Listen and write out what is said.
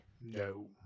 No